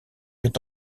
est